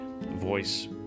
voice